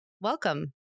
welcome